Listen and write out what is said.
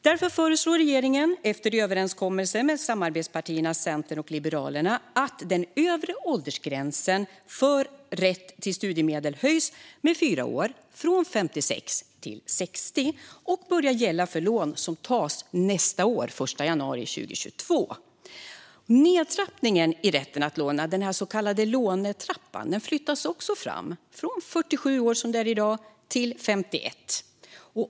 Därför föreslår regeringen, efter överenskommelse med samarbetspartierna Centern och Liberalerna, att den övre åldersgränsen för rätt till studiemedel höjs med fyra år, från 56 till 60, för lån som tas från och med den 1 januari 2022. Nedtrappningen i rätten att låna, den så kallade lånetrappan, flyttas också fram - från 47 år, som det är i dag, till 51.